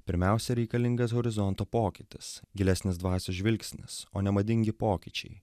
pirmiausia reikalingas horizonto pokytis gilesnis dvasios žvilgsnis o nemadingi pokyčiai